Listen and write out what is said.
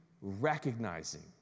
recognizing